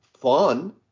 fun